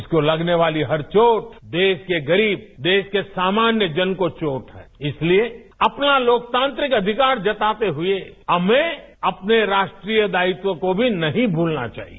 इसको लगने वाली हर चोट देश के गरीब देश के सामान्य जन को चोट इसलिए अपना लोकतांत्रिक अधिकार जताते हुए हमें अपने राष्ट्री य दायित्वोंउ को भी नहीं भूलना चाहिए